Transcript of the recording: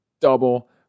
Double